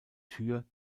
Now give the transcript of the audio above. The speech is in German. tür